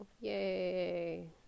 yay